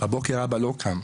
בבוקר אבא לא קם,